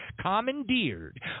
commandeered